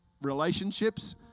relationships